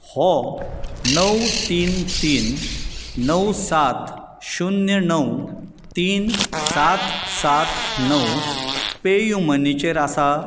हो णव तीन तीन णव सात शुन्य णव तीन सात सात णव पे यू मनीचेर आसा